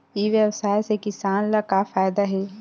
ई व्यवसाय से किसान ला का फ़ायदा हे?